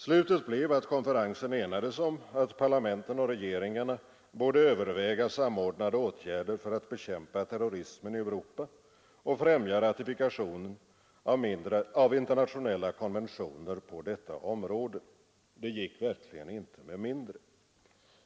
Slutet blev att konferensen enades om att parlamenten och regeringarna borde överväga samordnade åtgärder för att bekämpa terrorism i Europa och främja ratifikationen av internationella konventioner på detta område. Det gick verkligen inte med mindre.